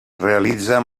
realitza